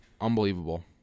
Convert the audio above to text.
Unbelievable